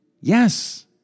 Yes